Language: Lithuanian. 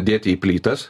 dėti į plytas